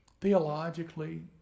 Theologically